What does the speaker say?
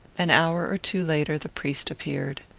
an hour or two later the priest appeared.